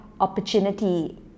opportunity